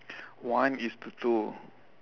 one is to two